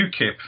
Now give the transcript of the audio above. UKIP